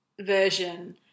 version